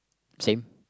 same